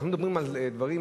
אנחנו מדברים על דברים,